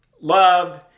love